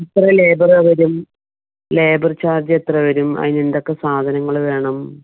എത്ര ലേബർ വരും labour charge എത്ര വരും അതിനെന്തൊക്കെ സാധനങ്ങൾ വേണം